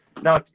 Now